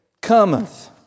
cometh